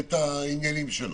את העניינים שלו.